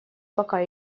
пока